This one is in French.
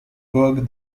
gogh